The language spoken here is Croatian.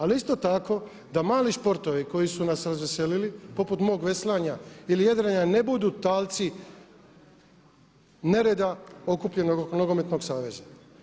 Ali isto tako da mali sportovi koji su nas razveselili, poput mog veslanja ili jedrenja ne budu talci nereda okupljenog oko nogometnog saveza.